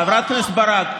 חברת הכנסת ברק,